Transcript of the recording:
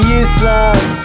useless